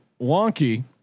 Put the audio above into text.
wonky